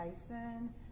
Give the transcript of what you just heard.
Tyson